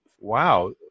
wow